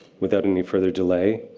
without any further delay,